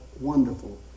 Wonderful